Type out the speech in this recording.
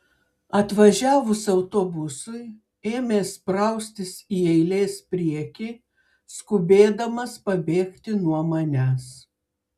atvažiavus autobusui ėmė spraustis į eilės priekį skubėdamas pabėgti nuo manęs